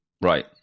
Right